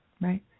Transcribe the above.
right